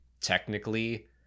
Technically